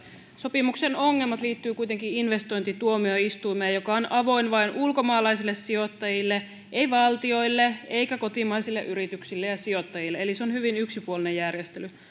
sopimuksen ongelmat liittyvät kuitenkin investointituomioistuimeen joka on avoin vain ulkomaalaisille sijoittajille ei valtioille eikä kotimaisille yrityksille ja sijoittajille eli se on hyvin yksipuolinen järjestely